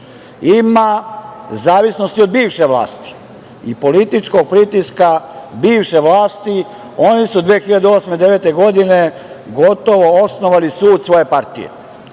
Ima u zavisnosti od bivše vlasti i političkog pritiska bivše vlasti. Oni su 2008. i 2009. godine gotovo osnovali sud svoje partije.